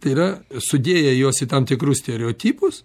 tai yra sudėję juos į tam tikrus stereotipus